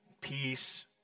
peace